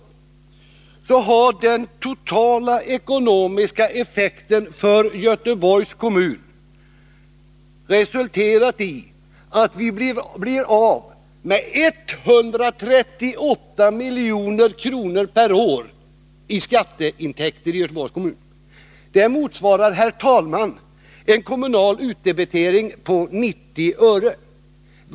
Den har totalt resulterat i att vi blir av med 138 milj.kr. i skatteintäkter perår. Det motsvarar, herr talman, en kommunal utdebitering på 90 öre.